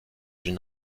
une